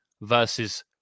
versus